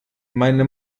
meine